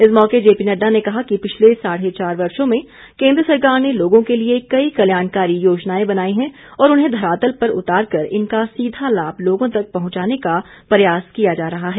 इस मौके जेपी नड्डा ने कहा कि पिछले साढे चार वर्षों में केंद्र सरकार ने लोगों के लिए कई कल्याणकारी योजनाएं बनाई हैं और उन्हें धरातल पर उतारकर इनका सीधा लाभ लोगों तक पहुंचाने का प्रयास किया जा रहा है